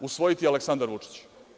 usvojiti Aleksandar Vučić.